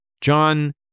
John